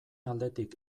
aldetik